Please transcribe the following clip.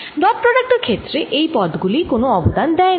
dot product এর ক্ষেত্রে এই পদ গুলি কোন অবদান দেয় না